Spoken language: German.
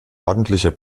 ordentlicher